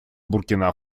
буркина